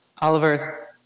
Oliver